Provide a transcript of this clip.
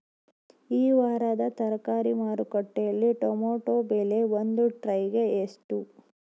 ಈ ವಾರದ ತರಕಾರಿ ಮಾರುಕಟ್ಟೆಯಲ್ಲಿ ಟೊಮೆಟೊ ಬೆಲೆ ಒಂದು ಟ್ರೈ ಗೆ ಎಷ್ಟು?